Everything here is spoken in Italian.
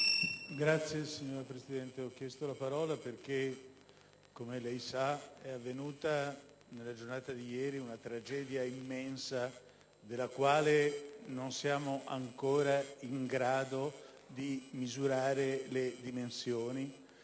*(PD)*. Signora Presidente, ho chiesto la parola perché, come lei sa, nella giornata di ieri è avvenuta una tragedia immensa, della quale non siamo ancora in grado di misurare le dimensioni: